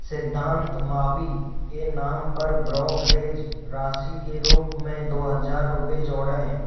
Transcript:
सिद्धांत मावी के नाम पर ब्रोकरेज राशि के रूप में दो हज़ार रुपये जोड़ें